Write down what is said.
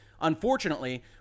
Unfortunately